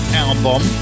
album